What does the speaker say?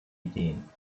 ideen